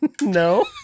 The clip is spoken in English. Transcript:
No